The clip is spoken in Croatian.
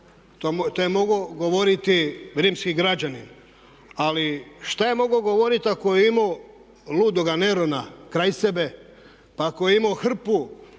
to je mogao govoriti rimski građanin ali šta je mogao govoriti ako je imao ludoga Nerona kraj sebe, pa ako je imao hrpu